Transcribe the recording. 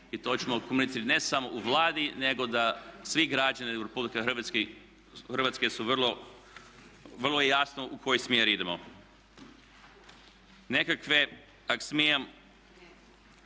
i to ćemo komunicirati. Ne samo u Vladi nego da svim građanima RH je vrlo jasno u kojem smjeru idemo. Nekakve, ako smijem